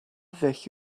ddull